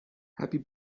happy